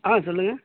ஆ சொல்லுங்கள்